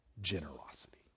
generosity